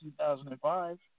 2005